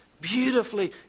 Beautifully